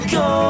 go